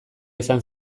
izan